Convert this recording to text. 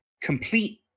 Complete